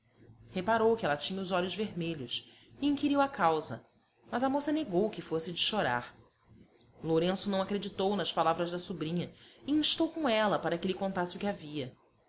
reparou que ela tinha os olhos vermelhos e inquiriu a causa mas a moça negou que fosse de chorar lourenço não acreditou nas palavras da sobrinha e instou com ela para que lhe contasse o que havia